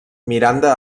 miranda